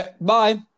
Bye